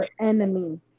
enemy